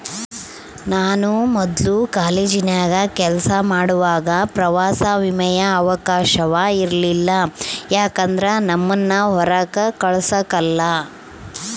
ನಾನು ಮೊದ್ಲು ಕಾಲೇಜಿನಾಗ ಕೆಲಸ ಮಾಡುವಾಗ ಪ್ರವಾಸ ವಿಮೆಯ ಅವಕಾಶವ ಇರಲಿಲ್ಲ ಯಾಕಂದ್ರ ನಮ್ಮುನ್ನ ಹೊರಾಕ ಕಳಸಕಲ್ಲ